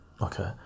okay